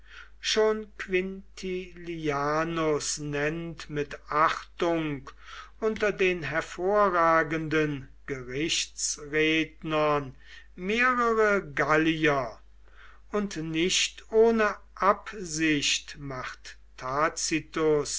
schon quintilianus nennt mit achtung unter den hervorragenden gerichtsrednern mehrere gallier und nicht ohne absicht macht